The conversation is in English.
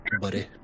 buddy